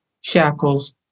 shackles